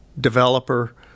developer